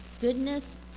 goodness